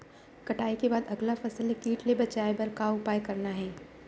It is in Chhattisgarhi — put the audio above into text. कटाई के बाद अगला फसल ले किट ले बचाए बर का उपाय करना हे?